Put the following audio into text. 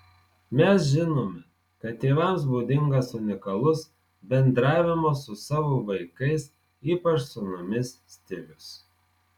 mes žinome kad tėvams būdingas unikalus bendravimo su savo vaikais ypač sūnumis stilius